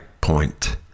point